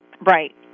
Right